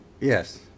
yes